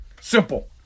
Simple